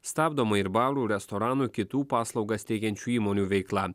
stabdoma ir barų restoranų kitų paslaugas teikiančių įmonių veikla